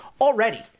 already